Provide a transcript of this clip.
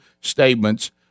statements